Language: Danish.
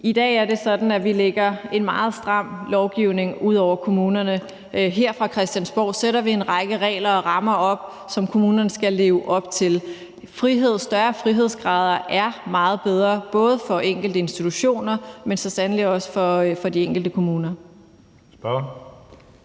i dag er det sådan, at vi lægger en meget stram lovgivning ud over kommunerne. Her fra Christiansborg sætter vi en række regler og rammer op, som kommunerne skal leve op til. Frihed og større frihedsgrader er meget bedre både for de enkelte institutioner, men så sandelig også for de enkelte kommuner. Kl.